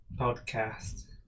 podcast